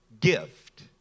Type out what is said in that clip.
gift